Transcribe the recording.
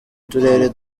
turere